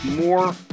more